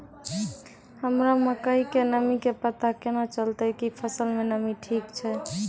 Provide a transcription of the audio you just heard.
हमरा मकई के नमी के पता केना चलतै कि फसल मे नमी ठीक छै?